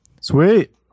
sweet